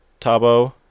Tabo